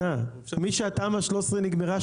משהתמ"א 13 נגמרה,